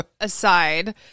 aside